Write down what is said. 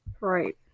right